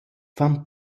fan